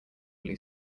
blue